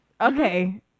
Okay